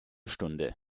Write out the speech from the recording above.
stunde